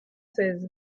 seize